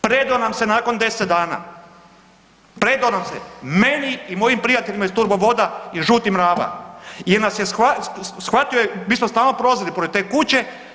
Predao nam se nakon 10 dana, predao nam se meni i mojim prijateljima iz turbo voda i žutih mrava jer nas je, shvatio je, mi smo stalno prolazili pored te kuće.